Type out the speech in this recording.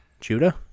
Judah